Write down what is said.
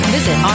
Visit